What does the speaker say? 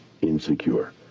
insecure